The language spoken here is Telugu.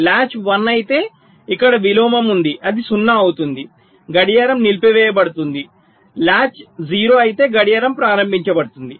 లాచ్ 1 అయితే ఇక్కడ విలోమం ఉంది అది 0 అవుతుంది గడియారం నిలిపివేయబడుతుంది లాచ్ 0 అయితే గడియారం ప్రారంభించబడుతుంది